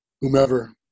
whomever